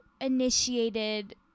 initiated